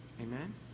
Amen